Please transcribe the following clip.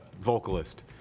vocalist